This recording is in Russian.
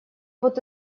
вот